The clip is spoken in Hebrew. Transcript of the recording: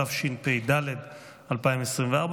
התשפ"ד 2024,